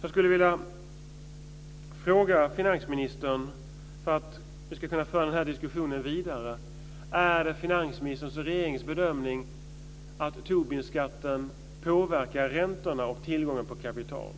Jag skulle vilja ställa en fråga till finansministern för att vi ska kunna föra denna diskussion vidare. Är det finansministerns och regeringens bedömning att Tobinskatten påverkar räntorna och tillgången på kapital?